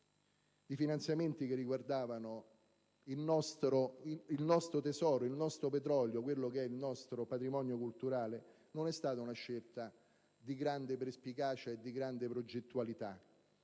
di finanziamenti che riguardavano il nostro tesoro, il nostro petrolio, il nostro patrimonio culturale non è stata una scelta di grande perspicacia e di grande progettualità.